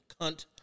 cunt